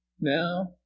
Now